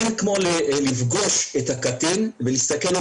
אין כמו לפגוש את הקטין ולהסתכל לו